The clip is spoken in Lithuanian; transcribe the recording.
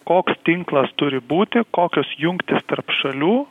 koks tinklas turi būti kokios jungtys tarp šalių